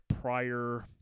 prior